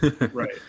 Right